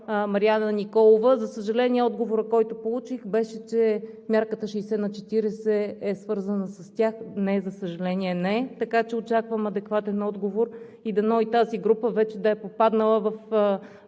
КЛИСУРСКА-ЖЕКОВА: За съжаление, отговорът, който получих, беше, че мярката 60/40 е свързана с тях. Не, за съжаление, не е. Така че очаквам адекватен отговор. Дано и тази група вече да е попаднала в